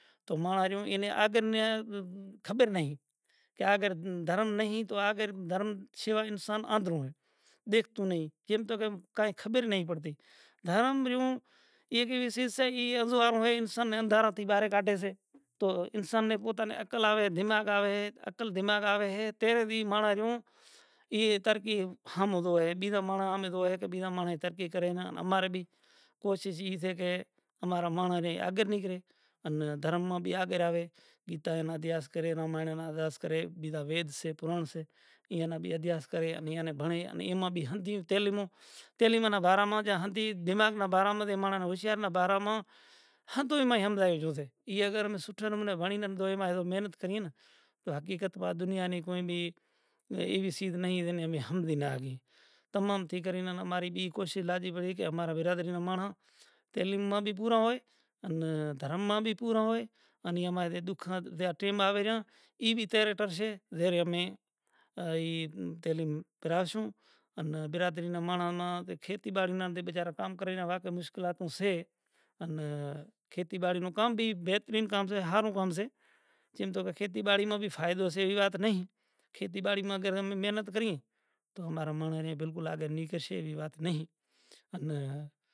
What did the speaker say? تو ماریوں انے خبر نہیں کہ آگڑ دھرم نہیں تو آگڑ دھرم شیوائے انسان ادھروں۔ دیکھتوں نہیں۔ کیم تو کائے خبر نہیں پڑتی۔ دھرم ریوں انسان نے اندھارا تھی باھر گاڈھے سے۔ تو انسان نے پوتا نے عقل آوے ھے دماغ آوے ھے۔ عقل دماغ آوے ھے۔ تیرے وی ماڑاں رہیو ای ترقی ھامے جووے ھے۔ بیجا ماڑاں ھامے جووے ھے کہ بیجا ماڑاں ترقی کرے نا امارا بھی کوشش ای سے کہ امارا ماڑاں رے آگے نگرے ان دھرم ما بھی آگڑ آوے۔ پیتائے نا ادھیاس کرے نا مائیڑے نا ادھیاس کرے بیجا ویدھ سے پوڑن سے ایانا بھی ادھیاس کرے۔ ایانا بھی بھنڑے۔ اینا بھی ھدیوں تیلیم موں، تیلیم مانا باراں ما جا ھدی، دماغ نا باراں ما جا اے ماڑاں ھوشیار نا باراں ما۔ ھتوں ایما ھمجائے لیو سے۔ ایاں اگر میں سوٹھو موں نا بھڑین آ دوئے ما محنت کریئن تہ حقیقت وات دنیا نے کوئی بھی ایوی سیدھ نہیں کہ ہمیں ھمجی نہ گی۔ تمام تھیکرین انا ماری بھی ای کوشش لاجی پڑی کہ ارا برادری نا ماڑاں تیلیم ما بھی پورا ھوئے انا دھرم ما بھی پورا ھوئے انا اماری دکھ دی ٹئم آوے را ای بھی تیرے ٹرشے۔ تیارے امے آ ایم تیلیم پرڑاوشوں۔ انا برادری نا ماڑاں نا دے کھیتی باڑی نا دے بیچارا کام کری نا اواک مشکلاتوں سے۔ انا کھیتی باڑی نوں کام بھی بھترین کام سے۔ ھارو کام سے۔ چیم تو کھیتی باڑی ما بھی فائدو سے ایوی بات نہیں۔ کھیتی باڑی ما اگے امے محنت کریئے تو امارا ماڑاں بلکل نگڑشے ایوی وات نہیں انا۔